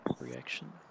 reaction